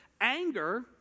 anger